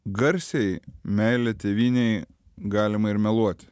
garsiai meile tėvynei galima ir meluoti